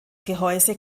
gehäuse